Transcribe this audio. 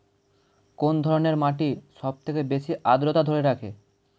কোন ধরনের মাটি সবথেকে বেশি আদ্রতা ধরে রাখে?